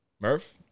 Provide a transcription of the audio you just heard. murph